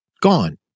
gone